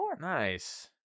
Nice